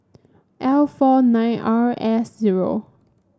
L four nine R S zero